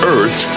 Earth